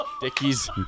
dickie's